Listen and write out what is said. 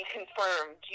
confirmed